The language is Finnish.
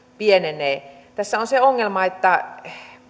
pienenee tässä on se ongelma että